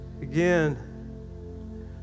again